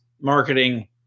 marketing